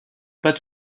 pas